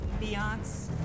Beyonce